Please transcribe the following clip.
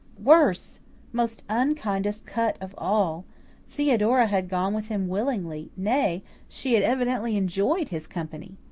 worse most unkindest cut of all theodora had gone with him willingly nay, she had evidently enjoyed his company.